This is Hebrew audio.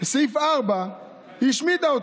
סעיף 4, היא השמיטה אותו.